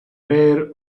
rear